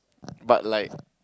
but like